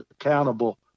accountable